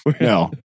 No